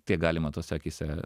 tiek galima tose akyse